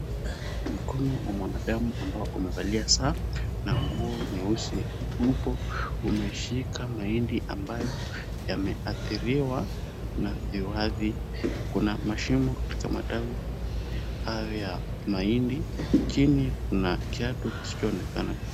Mkono wa mwanadamu ambao umevalia saa na nguo nyeusi upo umeshika mahindi ambayo yameathiriwa na viwavi. Kuna mashimo katika matawi hayo ya mahindi, chini kuna kiatu kisichoonekana vizuri.